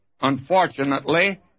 Unfortunately